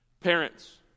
parents